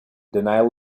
denial